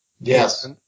Yes